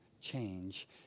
change